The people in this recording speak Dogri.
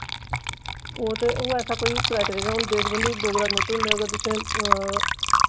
ओह् ते ओह् ऐसा कोई क्राइटेरिया निं ऐ हून देशबंधु डोगरा नुतन हुंदे अगर तुसें